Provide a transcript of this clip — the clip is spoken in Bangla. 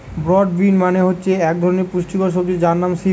ব্রড বিন মানে হচ্ছে এক ধরনের পুষ্টিকর সবজি যার নাম সিম